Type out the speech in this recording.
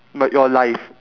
like your life